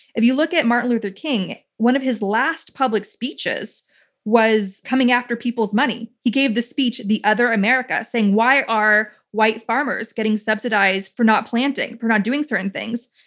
if you look at martin luther king, one of his last public speeches was coming after people's money. he gave the speech, the other america, saying, why are white farmers getting subsidized for not planting, for not doing certain things?